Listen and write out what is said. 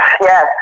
Yes